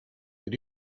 but